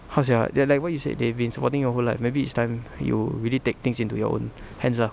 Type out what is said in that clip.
how to say ah they like what you've said they've been supporting you whole life like maybe it's time you really take things into your own hands ah